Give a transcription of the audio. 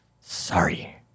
Sorry